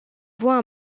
voit